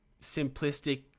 simplistic